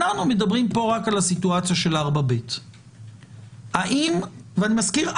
אנחנו מדברים פה רק על הסוגיה של 4ב. ואני מזכיר,